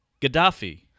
Gaddafi